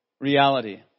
reality